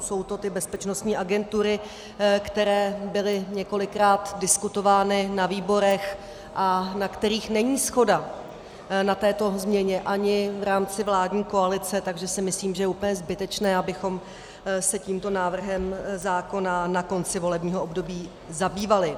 Jsou to ty bezpečnostní agentury, které byly několikrát diskutovány na výborech a na kterých není shoda na této změně ani v rámci vládní koalice, takže si myslím, že je úplně zbytečné, abychom se tímto návrhem zákona na konci volebního období zabývali.